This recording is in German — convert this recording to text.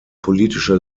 politische